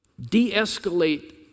De-escalate